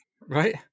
right